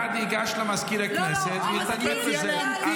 אחד ייגש למזכיר הכנסת ויטפל בזה.